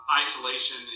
isolation